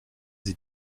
sie